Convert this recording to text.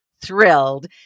thrilled